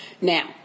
Now